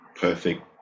perfect